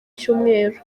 cyumweru